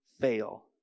fail